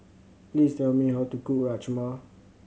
please tell me how to cook Rajma